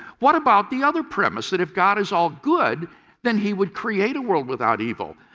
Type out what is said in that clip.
what about the other premise that if god is all good then he would create a world without evil.